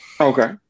Okay